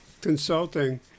consulting